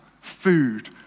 food